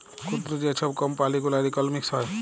ক্ষুদ্র যে ছব কম্পালি গুলার ইকলমিক্স হ্যয়